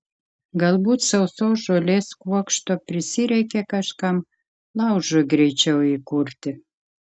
galbūt sausos žolės kuokšto prisireikė kažkam laužui greičiau įkurti